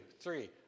three